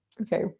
okay